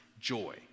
joy